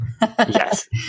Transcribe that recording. Yes